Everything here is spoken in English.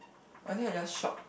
I think I just shock